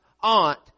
aunt